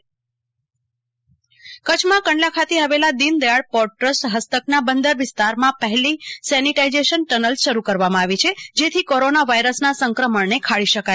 કલ્પના Shah Kandla sanitization tunnel કચ્છમાં કંડલા ખાતે આવેલા દીનદયાળ પોર્ટ ટ્રસ્ટ હસ્તકના બંદર વિસ્તારમાં પહેલી સેનિટાઈઝેશન ટનલ શરૂ કરવામાં છે જેથી કોરોના વાયરસના સંક્રમણને ખાળી શકાય